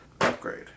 upgrade